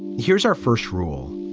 here's our first rule.